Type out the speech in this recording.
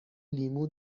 لیمو